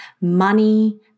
money